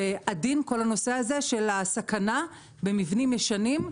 ועדין כל הנושא הזה של הסכנה במבנים ישנים,